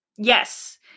Yes